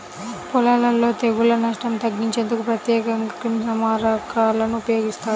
పొలాలలో తెగుళ్ల నష్టం తగ్గించేందుకు ప్రత్యేకంగా క్రిమిసంహారకాలను ఉపయోగిస్తారు